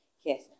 Yes